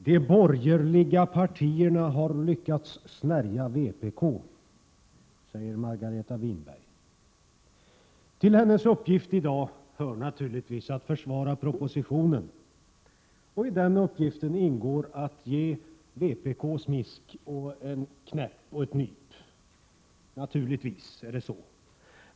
Herr talman! De borgerliga partierna har lyckats snärja vpk, säger Margareta Winberg. Till hennes uppgift i dag hör naturligtvis att försvara propositionen, och i den uppgiften ingår att ge vpk smisk och en knäpp och ett nyp. Naturligtvis är det på det sättet.